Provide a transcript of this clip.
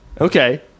okay